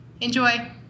Enjoy